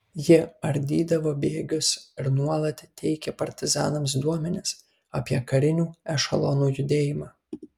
ji ardydavo bėgius ir nuolat teikė partizanams duomenis apie karinių ešelonų judėjimą